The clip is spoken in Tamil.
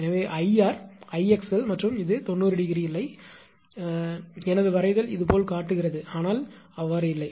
எனவே 𝐼𝑟 𝐼𝑥𝑙 மற்றும் இது 90 ° இல்லை எனது வரைதல் இது போல் காட்டுகிறது ஆனால் இல்லை